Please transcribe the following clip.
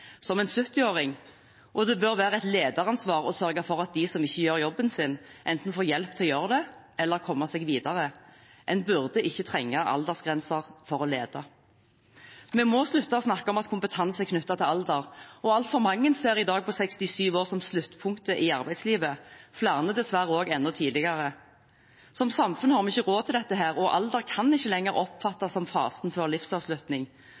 som en 70-åring. Det bør være et lederansvar å sørge for at de som ikke gjør jobben sin, enten får hjelp til å gjøre det eller komme seg videre. En burde ikke trenge aldersgrenser for å lede. Vi må slutte å snakke om at kompetanse er knyttet til alder. Altfor mange ser i dag på 67 år som sluttpunktet i arbeidslivet – flere dessverre også enda tidligere. Som samfunn har vi ikke råd til dette, og alder kan ikke lenger oppfattes som fasen før livsavslutning,